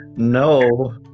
No